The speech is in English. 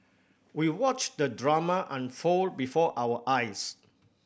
we watched the drama unfold before our eyes